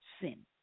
sin